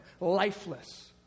Lifeless